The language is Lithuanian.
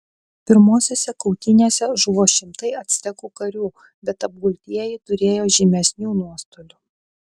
pirmosiose kautynėse žuvo šimtai actekų karių bet apgultieji turėjo žymesnių nuostolių